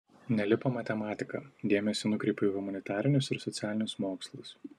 nelipo matematika dėmesį nukreipiau į humanitarinius ir socialinius mokslus